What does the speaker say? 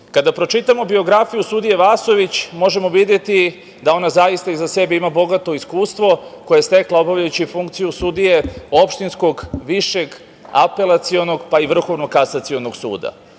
pročitamo biografiju sudije Vasović, možemo videti da ona zaista iza sebe ima bogato iskustvo koje je stekla obavljajući funkciju sudije Opštinskog, Višeg, Apelacionog, pa i Vrhovnog kasacionog suda. Ono